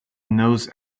knows